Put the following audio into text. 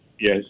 Yes